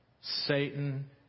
Satan